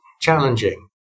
challenging